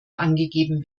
angegeben